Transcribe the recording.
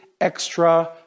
extra